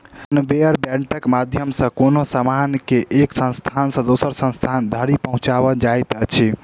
conveyor बेल्टक माध्यम सॅ कोनो सामान के एक स्थान सॅ दोसर स्थान धरि पहुँचाओल जाइत अछि